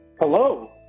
Hello